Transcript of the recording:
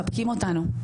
מחבקים אותנו.